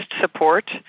support